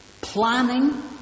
planning